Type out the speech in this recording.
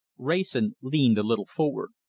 wrayson leaned a little forward.